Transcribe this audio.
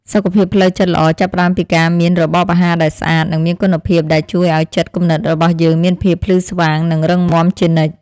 សុខភាពផ្លូវចិត្តល្អចាប់ផ្តើមពីការមានរបបអាហារដែលស្អាត និងមានគុណភាពដែលជួយឲ្យចិត្តគំនិតរបស់យើងមានភាពភ្លឺស្វាងនិងរឹងមាំជានិច្ច។